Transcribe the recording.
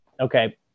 okay